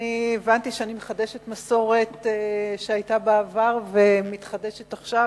הבנתי שאני מחדשת מסורת שהיתה בעבר ומתחדשת עכשיו,